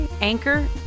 Anchor